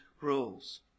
rules